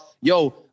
yo